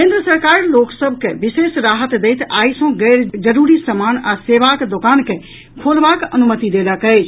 केन्द्र सरकार लोक सभ के विशेष राहत दैत आइ सँ गैर जरूरी समान आ सेवाक दोकान के खोलबाक अनुमति देलक अछि